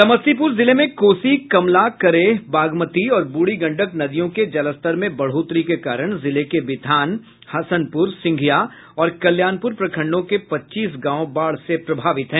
समस्तीपुर जिले में कोसी कमला करेह बागमती और बूढ़ी गंडक नदियों के जलस्तर में बढ़ोतरी के कारण जिले के बिथान हसनपुर सिंधिया और कल्याणपुर प्रखंडों के पच्चीस गांव बाढ़ से प्रभावित हैं